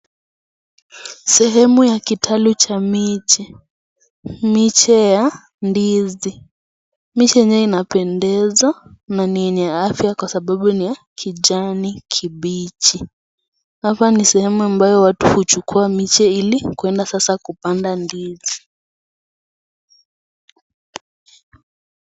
Sehemu ya kitalu cha miche, miche ya ndizi, miche yenyewe inapendeza na ni yenye afya kwa sababu ni ya kijani kibichi, hapa ni sehemu ambayo watu huchukua miche ili kuenda sasa kupanda ndizi.